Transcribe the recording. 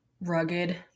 rugged